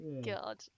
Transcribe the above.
god